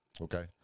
okay